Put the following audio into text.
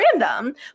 random